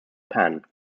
pan